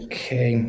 Okay